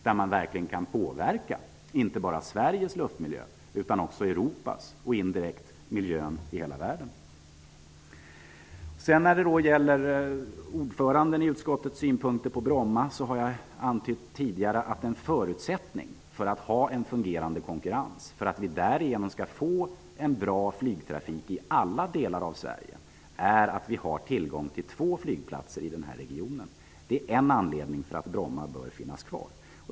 Där har vi verkligen möjlighet att påverka inte bara Sveriges luftmiljö utan Europas och indirekt miljön i hela världen. Ordföranden i utskottet hade synpunkter på Bromma flygplats. Jag har antytt tidigare att en förutsättning för att ha en fungerande konkurrens, för att vi därigenom skall få en bra flygtrafik i alla delar av Sverige, är att vi har tillgång till två flygplatser i Stockholmsregionen. Det är en anledning till att Bromma bör finnas kvar.